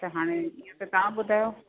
त हाणे त तव्हां ॿुधायो